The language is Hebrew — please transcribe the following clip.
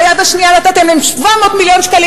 ביד השנייה נתתם 700 מיליון שקלים